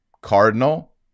cardinal